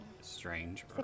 strange